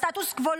הסטטוס קוו,